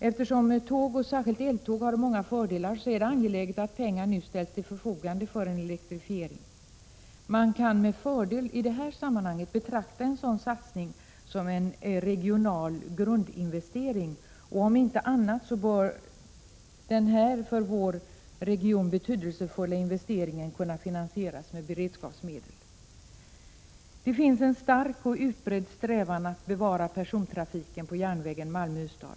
Eftersom tåg — särskilt eltåg — har många fördelar är det angeläget att pengar nu ställs till förfogande för en elektrifiering. Man kan i detta sammanhang med fördel betrakta en sådan satsning som en regional grundinvestering. Om inte annat bör denna för vår region betydelsefulla investering kunna finansieras med beredskapsmedel. Det finns en stark och utbredd strävan att bevara persontrafiken på järnvägen Malmö-Ystad.